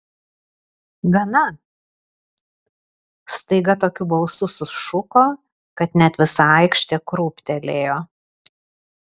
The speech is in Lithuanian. gana staiga tokiu balsu sušuko kad net visa aikštė krūptelėjo